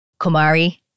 Kumari